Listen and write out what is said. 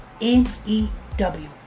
N-E-W